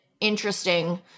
interesting